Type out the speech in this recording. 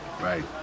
Right